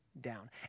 down